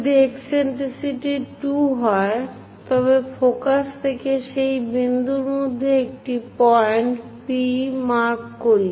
যদি ইকসেন্ট্রিসিটি 2 হয় তবে ফোকাস থেকে সেই বিন্দুর মধ্যে একটি পয়েন্ট P মার্ক করি